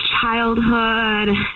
childhood